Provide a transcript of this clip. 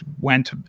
Went